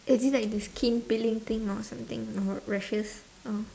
is it like the skin peeling thing or something or rashes or